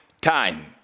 time